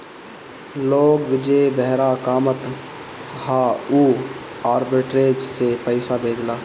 लोग जे बहरा कामत हअ उ आर्बिट्रेज से पईसा भेजेला